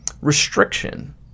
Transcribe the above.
restriction